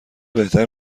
بهتر